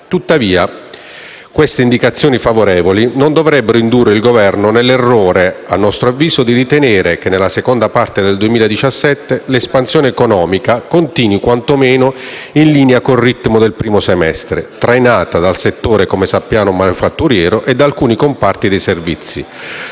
Tuttavia queste indicazioni favorevoli, a nostro avviso, non dovrebbero indurre il Governo nell'errore di ritenere che nella seconda parte del 2017 l'espansione economica continui quantomeno in linea con il ritmo del primo semestre, trainata dal settore manifatturiero e da alcuni comparti dei servizi,